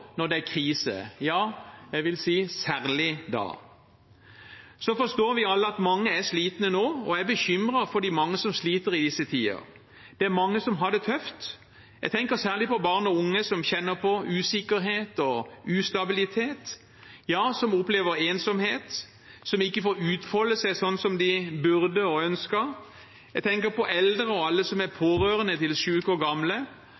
når det er krise – ja, særlig da, vil jeg si. Vi forstår alle at mange er slitne nå, og jeg er bekymret for de mange som sliter i disse tider. Det er mange som har det tøft. Jeg tenker særlig på barn og unge som kjenner på usikkerhet og ustabilitet, som opplever ensomhet, og som ikke får utfolde seg sånn som de burde og ønsker. Jeg tenker på eldre og alle som er pårørende til syke og gamle,